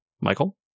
Michael